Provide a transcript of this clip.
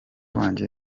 wanjye